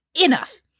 Enough